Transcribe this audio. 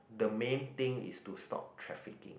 the main thing is to stop trafficking